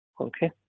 Okay